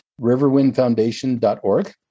Riverwindfoundation.org